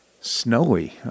Snowy